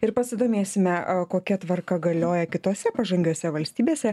ir pasidomėsime a kokia tvarka galioja kitose pažangiose valstybėse